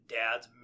dads